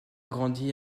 grandi